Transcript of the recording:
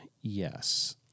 Yes